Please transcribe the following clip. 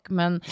men